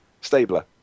Stabler